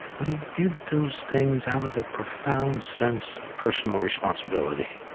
but he did those things out of a profound sense of personal responsibility.